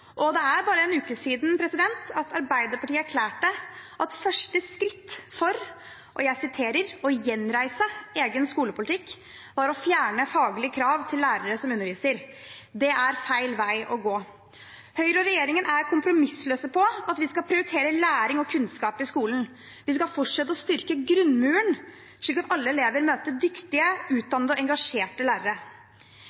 skolen. Det er bare en uke siden Arbeiderpartiet erklærte at første skritt for å gjenreise egen skolepolitikk var å fjerne faglige krav til lærere som underviser. Det er feil vei å gå. Høyre og regjeringen er kompromissløse når det gjelder å prioritere læring og kunnskap i skolen. Vi skal fortsette med å styrke grunnmuren slik at alle elever møter dyktige,